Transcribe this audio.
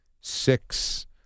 six